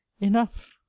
enough